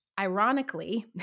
ironically